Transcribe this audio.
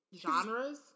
genres